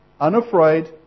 unafraid